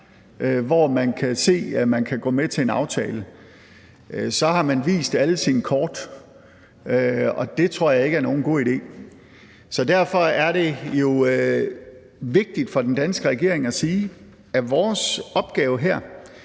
hvor man kan gå med til en aftale, så har man vist alle sine kort, og det tror jeg ikke er nogen god idé. Derfor er det jo vigtigt for den danske regering at sige, at vores opgave her